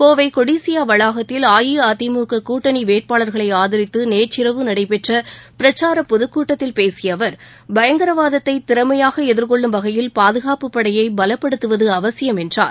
கோவை கொடிசியா வளாகத்தில் அஇஅதிமுக கூட்டணி வேட்பாளர்களை ஆதரித்து நேற்றிரவு நடைபெற்ற பிரச்சார பொதுக் கூட்டத்தில் பேசிய அவர் பயங்கரவாதத்தை திறமையாக எதிர்கொள்ளும் வகையில் பாதுகாப்புப் படையை பலப்படுத்துவது அவசியம் என்றார்